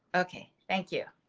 okay. thank you.